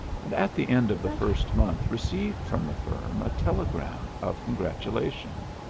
and at the end of the first month received from the firm a telegram of congratulation.